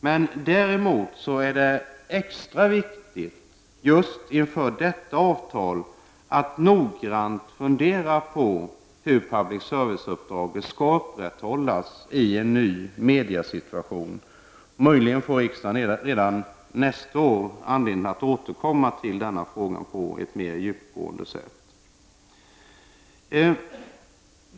Men det är extra viktigt just inför detta avtal att man noggrant funderar på hur public service-uppdraget skall upprätthållas i en ny mediesituation. Möjligen får riksdagen redan nästa år anledning att på ett mer djupgående sätt återkomma till denna fråga.